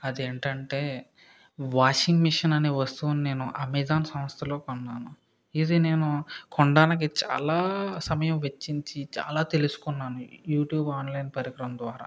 అదేంటంటే washing machine అనే వస్తువు నేను అమెజాన్ సంస్థలో కొన్నాను ఇది నేను కొనడానికి చాలా సమయం వెచ్చించి చాలా తెలుసుకున్నాను యూట్యూబ్ ఆన్లైన్ పరికరం ద్వారా